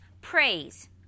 praise